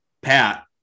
Pat